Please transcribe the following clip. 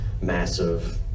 massive